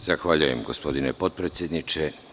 Zahvaljujem gospodine potpredsedniče.